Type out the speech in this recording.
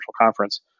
conference